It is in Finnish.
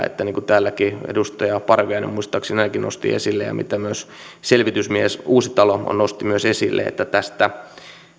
että niin kuin täälläkin edustaja parviainen muistaakseni ainakin nosti esille ja myös selvitysmies uusitalo nosti esille tästä